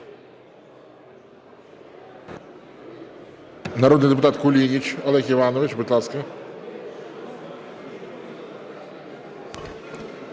Народний депутат Кулініч Олег Іванович, будь ласка.